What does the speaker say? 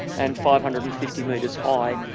and five hundred and fifty metres high.